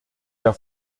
der